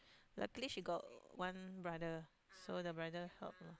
luckily she got one brother so the brother helped